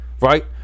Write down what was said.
right